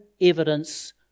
evidence